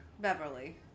Beverly